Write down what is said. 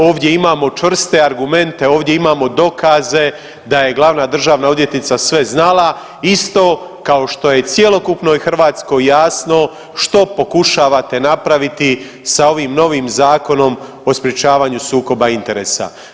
Ovdje imamo čvrste argumente, ovdje imamo dokaze da je glavna državna odvjetnica sve znala isto kao što je cjelokupnoj Hrvatskoj jasno što pokušavate napraviti sa ovim novim Zakonom o sprječavanju sukoba interesa.